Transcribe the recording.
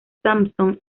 samson